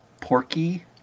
Porky